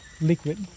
liquid